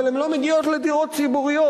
אבל הן לא מגיעות לדירות ציבוריות.